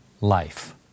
life